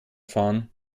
fahren